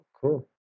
Cool